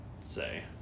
say